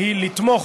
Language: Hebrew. היא לתמוך,